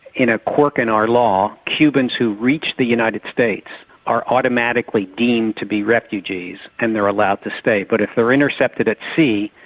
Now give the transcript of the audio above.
in a quirk in our law, cubans who reach the united states are automatically deemed to be refugees, and they're allowed to stay, but if they're intercepted at sea,